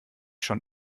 schon